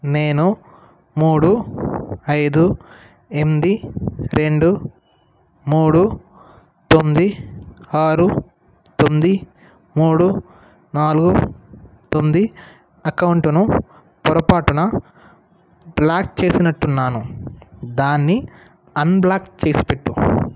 నేను మూడు ఐదు ఎనిమిది రెండు మూడు తొమ్మిది ఆరు తొమ్మిది మూడు నాలుగు తొమ్మిది అకౌంటుని పొరపాటున బ్లాక్ చేసినట్టున్నాను దాన్ని అన్బ్లాక్ చేసిపెట్టు